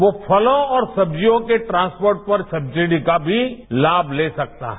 वो फलों और सब्जियों के ट्रांचपोर्ट पर सब्जिडी का भी लाभ ले सकता है